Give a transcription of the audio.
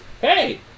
Hey